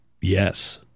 Yes